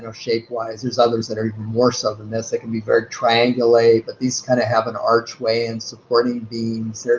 shape wise. there's others that are even more so than this. they can be very triangulate. but these kind of have an archway and supporting beams.